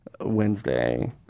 Wednesday